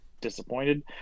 disappointed